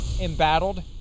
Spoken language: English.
embattled